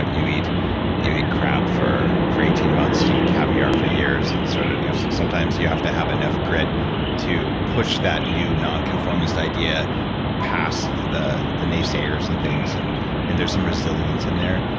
but you eat you eat crap for for eighteen months to eat caviar for years. and sort of sometimes, you have to have enough grit to push that new non-conformist idea past the the naysayers and things and and there's some resilience in there.